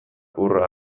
hurra